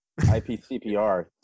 IPCPR